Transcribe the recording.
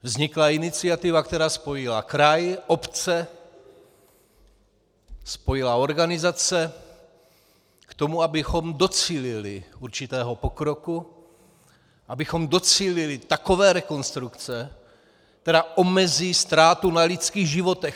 Vznikla iniciativa, která spojila kraj, obce, spojila organizace k tomu, abychom docílili určitého pokroku, abychom docílili takové rekonstrukce, která omezí ztrátu na lidských životech.